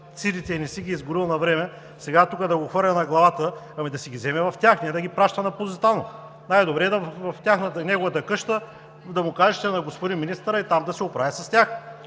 и не си ги е изгорил навреме, и сега да ни ги хвърля на главите, ами да си ги вземе в тях, а не да ги праща на „Позитано“. Най-добре е в неговата къща, да му кажете на господин министъра и там да се оправя с тях.